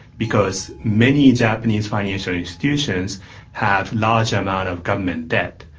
because many japanese financial institutions have large amount of government debt.